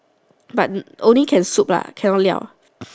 but only can soup lah cannot 料